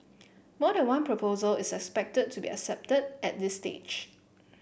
more than one proposal is expected to be accepted at this stage